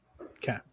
Okay